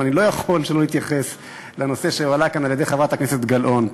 אבל אני לא יכול שלא להתייחס לנושא שהועלה כאן על-ידי חברת הכנסת גלאון.